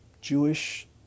Jewish